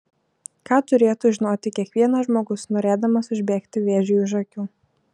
ką turėtų žinoti kiekvienas žmogus norėdamas užbėgti vėžiui už akių